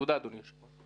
תודה, אדוני היושב-ראש.